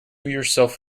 yourself